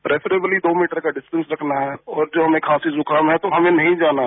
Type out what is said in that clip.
preferably दो metre का distance रखना है और जो हमें खांसी जुकाम है तो हमें नहीं जाना